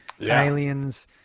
Aliens